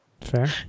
Fair